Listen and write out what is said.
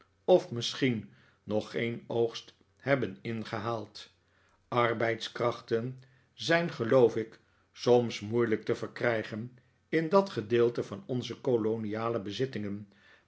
of misschien nog geen oogst hebben ingehaald arbeidskrachten zijn geloof ik soms moeilijk te verkrijgen in dat gedeelte van onze koloniale bezittingen